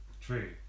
True